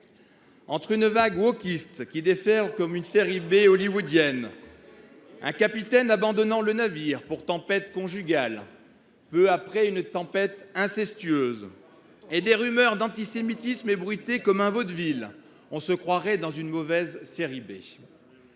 ? Avec la vague wokiste qui déferle comme une série hollywoodienne, un capitaine abandonnant le navire pour tempête conjugale peu après une autre tempête incestueuse, et des rumeurs d’antisémitisme ébruitées comme un vaudeville, on se croirait dans une mauvaise série B…